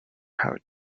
have